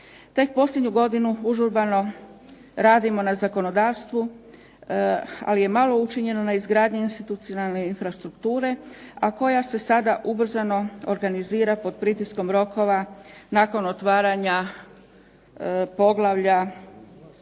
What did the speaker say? Tek posljednju godinu užurbano radimo na zakonodavstvu, ali je malo učinjeno na izgradnji institucionalne infrastrukture, a koja se sada ubrzano organizira pod pritiskom rokova nakon otvaranja pregovora